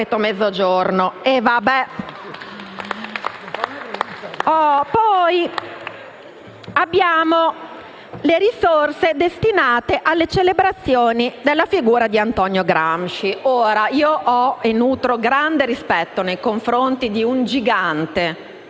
Poi abbiamo le risorse destinate alle celebrazioni della figura di Antonio Gramsci. Nutro grande rispetto nei confronti di un gigante